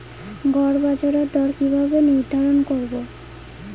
গড় বাজার দর কিভাবে নির্ধারণ করব?